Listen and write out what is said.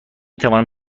توانم